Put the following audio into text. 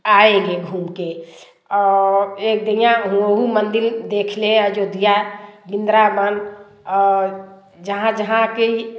आएँगे घूम कर एक धियाँ वह मंदिर देख ले अयोध्या वृंदावन जहाँ जहाँ की